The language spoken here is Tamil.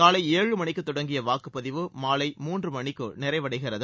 காலை ஏழு மணிக்கு தொடங்கிய வாக்குப்பதிவு மாலை மூன்று மணிக்கு நிறைவடைகிறது